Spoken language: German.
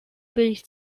billig